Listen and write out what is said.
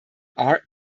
are